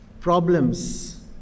problems